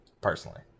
Personally